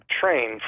train